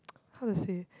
how to say